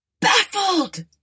Baffled